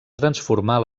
transformar